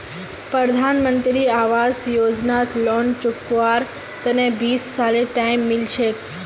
प्रधानमंत्री आवास योजनात लोन चुकव्वार तने बीस सालेर टाइम मिल छेक